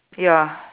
ya